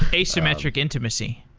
ah asymmetric intimacy.